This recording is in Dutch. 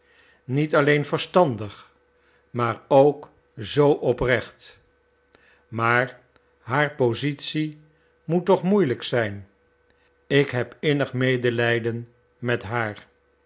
niet alleen verstandig maar ook zoo oprecht maar haar positie moet toch moeielijk zijn ik heb innig medelijden met haar